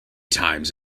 times